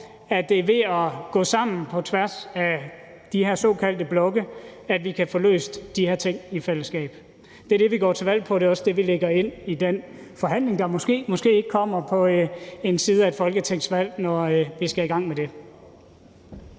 at ved at gå sammen på tværs af de her såkaldte blokke, kan vi få løst de her ting i fællesskab. Det er det, vi går til valg på, og det er også det, vi lægger ind i den forhandling, der – måske, måske ikke – kommer på den anden side af et folketingsvalg, når vi skal i gang med det.